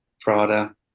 prada